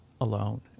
alone